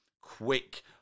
quick